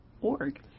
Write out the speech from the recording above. org